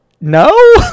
No